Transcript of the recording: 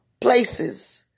places